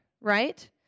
right